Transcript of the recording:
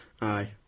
Aye